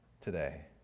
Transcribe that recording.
today